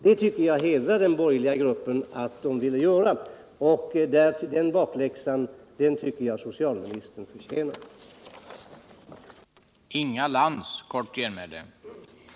Det tycker jag hedrar den borgerliga gruppen, och socialministern förtjänar den bakläxan.